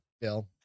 Bill